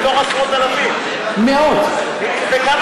זה מה